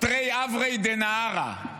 "תרי עברי דנהרא":